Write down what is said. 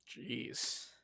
jeez